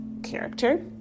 Character